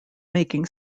making